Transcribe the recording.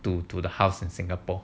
to the house in singapore